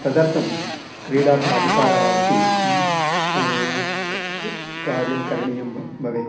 तदर्थं क्रीडाप्राधिकारः अपि कार्यं करणीयं वा भवेत्